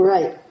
Right